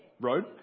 Road